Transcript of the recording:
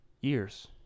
years